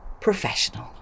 professional